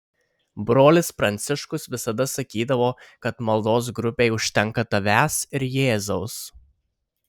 brolis pranciškus visada sakydavo kad maldos grupei užtenka tavęs ir jėzaus